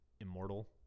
immortal